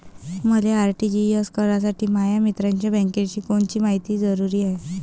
मले आर.टी.जी.एस करासाठी माया मित्राच्या बँकेची कोनची मायती जरुरी हाय?